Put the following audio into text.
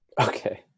Okay